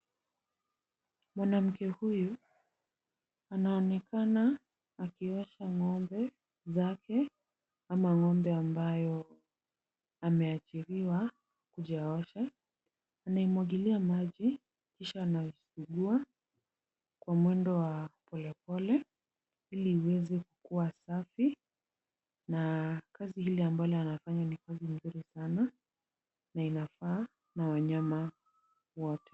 Mwanamke huyu anaonekana akiosha ng'ombe zake, ama ng'ombe ambayo ameajiriwa akuje aoshe. Anaimwagilia maji kisha anaisugua kwa mwendo wa polepole, ili iweze kuwa safi, na kazi lile ambalo anafanya ni kazi nzuri sana, na inafaa na wananyama wote.